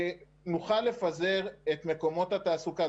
נוכל לפזר את מקומות התעסוקה.